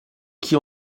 qui